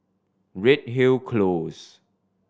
Redhill Close